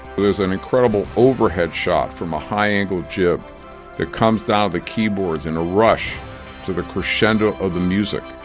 there's an incredible overhead shot from a high angle jib that comes down the keyboards in a rush to the crescendo of the music.